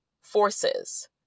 forces